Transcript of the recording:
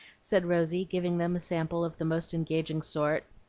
said rosy, giving them a sample of the most engaging sort.